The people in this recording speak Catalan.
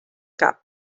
cap